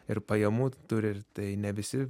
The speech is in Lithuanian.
ir pajamų turi ir tai ne visi